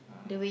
(uh huh)